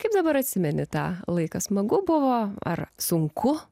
kaip dabar atsimeni tą laiką smagu buvo ar sunku